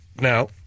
now